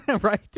right